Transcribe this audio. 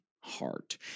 heart